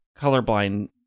colorblind